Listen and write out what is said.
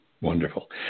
Wonderful